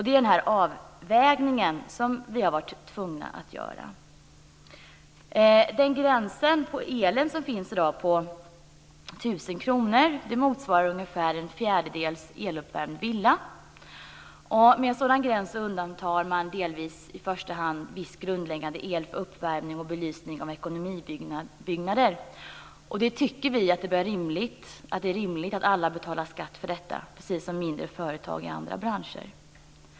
Det är den avvägningen som vi har varit tvungna att göra. Den gräns på 1 000 kr för el som finns i dag motsvarar ungefär en fjärdedels eluppvärmd villa. Med en sådan gräns undantar man delvis i första hand viss grundläggande el för uppvärmning och belysning av ekonomibyggnader. Vi tycker att det är rimligt att alla betalar skatt för detta, precis som mindre företag i andra branscher.